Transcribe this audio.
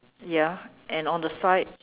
ya and on the side